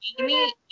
Amy